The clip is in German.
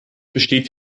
besteht